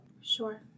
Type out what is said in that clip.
Sure